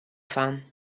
fan